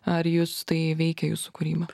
ar jus tai veikia jūsų kūrybą